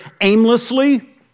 aimlessly